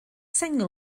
sengl